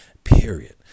Period